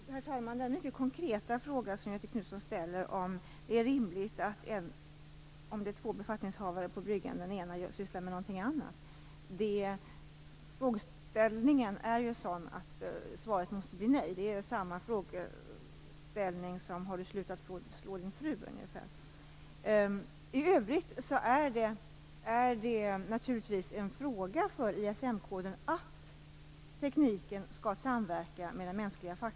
Herr talman! Göthe Knutson ställer en mycket konkret fråga om det är rimligt att den ena befattningshavaren - om det finns två på bryggan - sysslar med någonting annat. Frågeställningen är sådan att svaret måste bli nej. Det är ungefär samma typ av fråga som: Har du slutat att slå din fru? I övrigt är det naturligtvis en fråga som gäller ISM-koden; tekniken skall samverka med den mänskliga faktorn.